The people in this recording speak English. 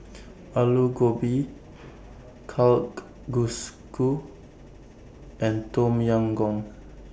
Alu Gobi and Tom Yam Goong